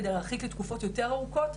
כדי להרחיק לתקופות יותר ארוכות,